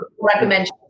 recommend